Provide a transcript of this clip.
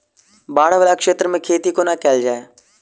बाढ़ वला क्षेत्र मे खेती कोना कैल जाय?